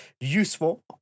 useful